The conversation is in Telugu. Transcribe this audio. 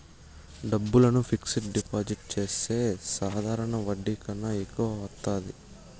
డబ్బులను ఫిక్స్డ్ డిపాజిట్ చేస్తే సాధారణ వడ్డీ కన్నా ఎక్కువ వత్తాది